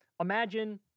imagine